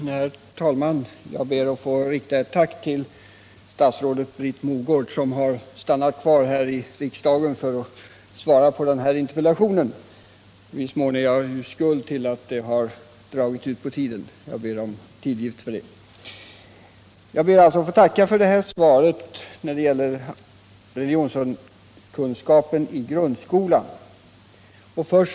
Herr talman! Jag ber att få rikta ett tack till statsrådet Britt Mogård, som har stannat kvar här i riksdagen för att svara på denna interpellation. I viss mån är jag ju skuld till att det har dragit ut på tiden; jag ber om tillgift för det. Det här svaret om religionskunskapen i grundskolan ber jag alltså att få tacka för.